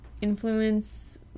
influence